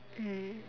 mm